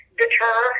deter